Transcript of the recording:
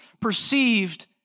perceived